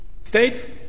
States